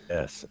Yes